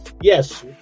yes